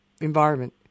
environment